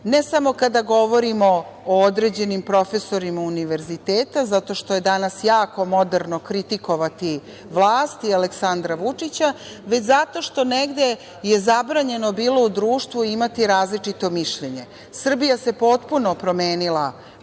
ne samo kada govorimo o određenim profesorima univerziteta zato što je danas jako moderno kritikovati vlast i Aleksandra Vučića, već zato što negde je zabranjeno bilo u društvu imati i različito mišljenje. Srbija se potpuno promenila po